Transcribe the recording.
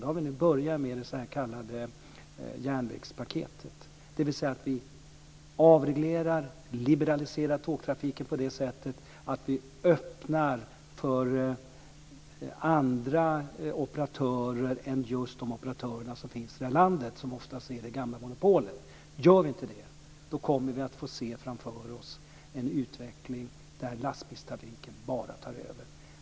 Det har vi nu börjat med genom det s.k. järnvägspaketet. Vi får alltså avreglera och liberalisera tågtrafiken på det sättet att vi öppnar för andra operatörer än just de som finns i landet, som ofta är de gamla monopolen. Gör vi inte det kommer vi att få se framför oss en utveckling där lastbilstrafiken bara tar över.